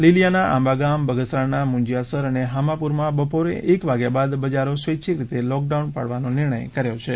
લીલીયાના આંબા ગામ બગસરાના ગુંજીયાસર અને હામાપુરમાં બપોર એક વાગ્યા બાદ બજારો સ્વૈચ્છિક લોકડાઉન કરવાનો નિર્ણય કર્યો છે